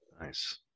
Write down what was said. nice